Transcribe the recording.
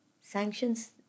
sanctions